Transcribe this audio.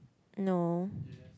no